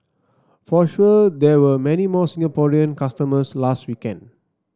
for sure there were many more Singaporean customers last weekend